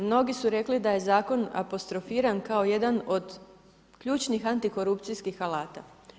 Mnogi su rekli da je Zakon apostrofiran kao jedan od ključnih antikorupcijskih alata.